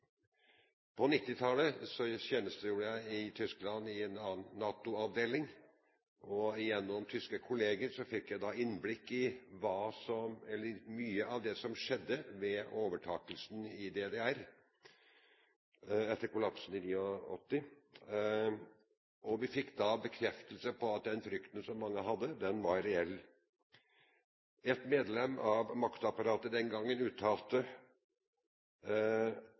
På 1990-tallet tjenestegjorde jeg i Tyskland i en annen NATO-avdeling, og gjennom tyske kollegaer fikk jeg innblikk i mye av det som skjedde ved overtakelsen i DDR, etter kollapsen i 1989. Vi fikk da en bekreftelse på at den frykten som mange hadde, var reell. Et medlem av maktapparatet den gangen